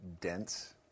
dense